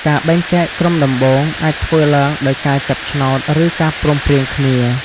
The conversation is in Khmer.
ការបែងចែកក្រុមដំបូង អាចធ្វើឡើងដោយការចាប់ឆ្នោត ឬការព្រមព្រៀងគ្នា។